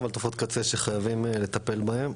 אבל תופעות קצה שחייבים לטפל בהן.